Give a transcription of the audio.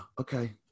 okay